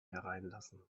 hereinlassen